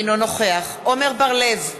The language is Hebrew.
אינו נוכח עמר בר-לב,